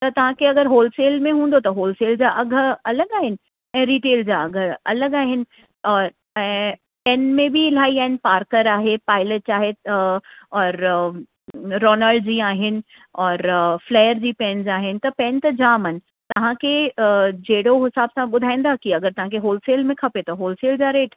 त तव्हांखे अगरि होलसेल में हूंदो त होलसेल जा अघि अलॻि आहिनि ऐं रीटेल जा अलॻि आहिनि और ऐं पैन में बि इलाही आहिनि पार्कर आहे पाएलेट आहे और रॉनल जी आहिनि और फ़लैर जी पेनज़ि आहिनि त पैन त जामु आहिनि तव्हांखे जहिड़ो हिसाब सां ॿुधाईंदा की अगरि तव्हांखे होलसेल में खपे त होलसेल जा रेट